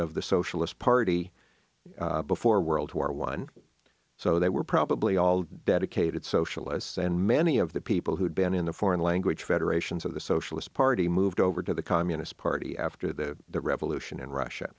of the socialist party before world war one so they were probably all dedicated socialists and many of the people who'd been in the foreign language federations of the socialist party moved over to the communist party after the revolution in russia